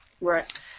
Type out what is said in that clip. Right